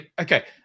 okay